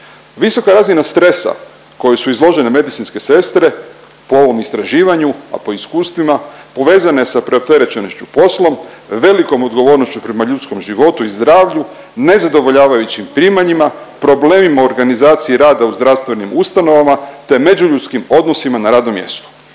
Visoka razina stresa kojem su izložene medicinske sestre po ovom istraživanju, a po iskustvima, povezano je s preopterećenošću poslom, velikom odgovornošću prema ljudskom životu i zdravlju, nezadovoljavajućim primanjima, problemima u organizaciji rada u zdravstvenim ustanovama te međuljudskim odnosima na radnom mjestu.